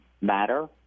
matter